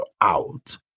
out